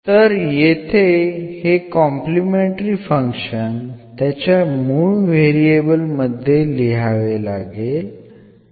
तर येथे हे कॉम्प्लिमेंटरी फंक्शन त्याच्या मूळ व्हेरिएबल मध्ये लिहावे लागेल